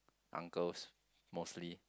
uncles mostly